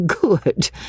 good